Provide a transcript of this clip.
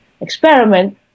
experiment